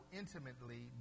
intimately